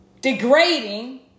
degrading